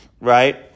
right